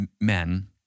men